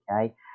okay